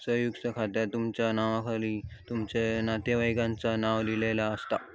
संयुक्त खात्यात तुमच्या नावाखाली तुमच्या नातेवाईकांचा नाव लिहिलेला असता